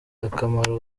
akamaro